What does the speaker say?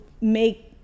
make